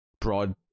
broad